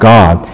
God